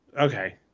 Okay